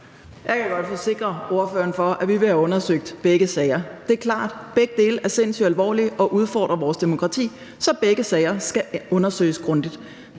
Jeg kan godt forsikre ordføreren om, at vi vil have undersøgt begge sager. Det er klart, at begge dele er sindssygt alvorlige og udfordrer vores demokrati, så begge sager skal undersøges grundigt.